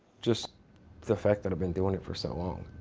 just the fact that i've been doing it for so long.